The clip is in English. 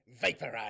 vaporize